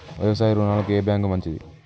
వ్యవసాయ రుణాలకు ఏ బ్యాంక్ మంచిది?